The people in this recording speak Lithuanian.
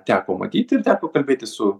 teko matyt ir teko kalbėti su